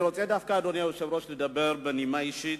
אני רוצה דווקא לדבר בנימה אישית,